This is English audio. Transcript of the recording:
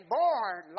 born